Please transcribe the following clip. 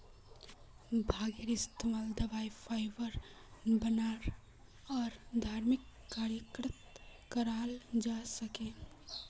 भांगेर इस्तमाल दवाई फाइबर बनव्वा आर धर्मिक कार्यत कराल जा छेक